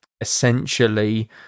essentially